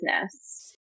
business